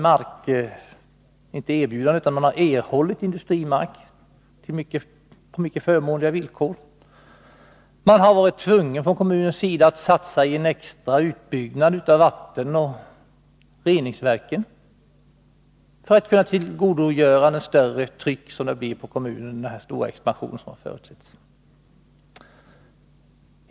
Företaget har fått industrimark på mycket förmånliga villkor. Kommunen har varit tvungen att satsa på en extra utbyggnad när det gäller vatten och reningsverk för att kunna klara det stora tryck som skulle bli följden av den stora expansion som väntades.